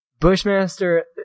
Bushmaster